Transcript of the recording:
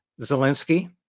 Zelensky